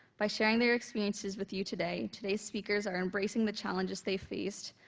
by sharing their experiences with you today, today's speakers are embracing the challenges they faced,